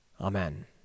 Amen